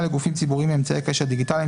לגופים ציבוריים באמצעי קשר דיגיטליים